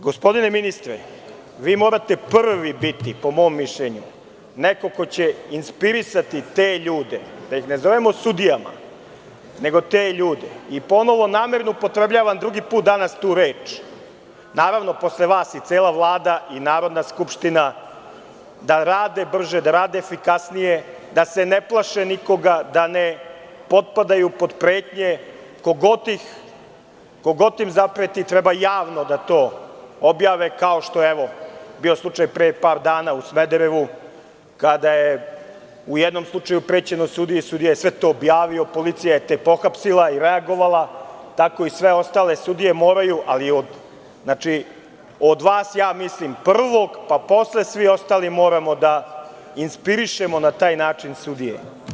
Gospodine ministre, vi morate prvi biti, po mom mišljenju, neko ko će inspirisati te ljude, da ih ne zovemo sudijama, nego te ljude, i pomalo namerno upotrebljavam drugi put danas tu reč, naravno posle vas i cela Vlada i Narodna skupština da rade brže, da rade efikasnije, da se ne plaše nikoga, da ne potpadaju pod pretnje, ko god im zapreti treba javno da to objave, kao što je evo bio slučaj pre par dana u Smederevu, kada je u jednom slučaju prećeno sudiji, sudija je sve to objavio, policija je te pohapsila i reagovala, tako i sve ostale sudije moraju, ali od vas prvog, pa posle svi ostali moramo da inspirišemo na taj način sudije.